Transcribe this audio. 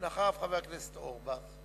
ואחריו, חבר הכנסת אורבך.